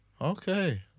Okay